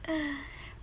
!huh!